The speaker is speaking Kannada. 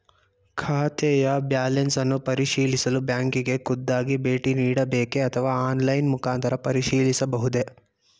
ಖಾತೆಯ ಬ್ಯಾಲೆನ್ಸ್ ಅನ್ನು ಪರಿಶೀಲಿಸಲು ಬ್ಯಾಂಕಿಗೆ ಖುದ್ದಾಗಿ ಭೇಟಿ ನೀಡಬೇಕೆ ಅಥವಾ ಆನ್ಲೈನ್ ಮುಖಾಂತರ ಪರಿಶೀಲಿಸಬಹುದೇ?